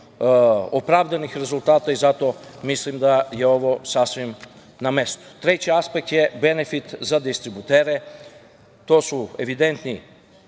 opravdanih rezultata i zato mislim da je ovo sasvim na mestu. Treći aspekt je benefit za distributere. To su evidentni